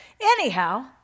anyhow